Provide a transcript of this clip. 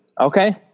okay